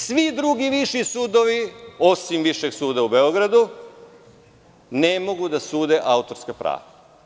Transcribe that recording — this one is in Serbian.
Svi drugi viši sudovi, osim Višeg suda u Beogradu, ne mogu da sude autorska prava.